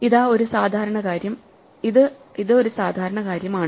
ഇതാ ഒരു സാധാരണ കാര്യം ആണ്